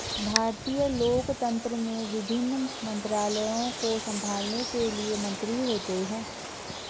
भारतीय लोकतंत्र में विभिन्न मंत्रालयों को संभालने के लिए मंत्री होते हैं